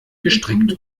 gestrickt